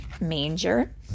manger